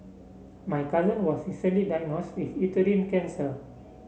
my cousin was recently diagnosed with uterine cancer